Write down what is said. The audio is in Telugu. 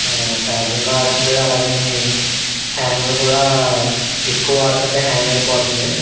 చార్జింగు ఆగట్లేదు అలాగని హ్యాంగ్ కూడా ఎక్కువ వాడుతుంటే హ్యాంగ్ అయిపోతుంది